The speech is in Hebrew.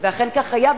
ואכן כך היה,